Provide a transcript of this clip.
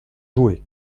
jouer